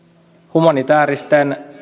humanitaaristen